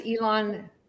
Elon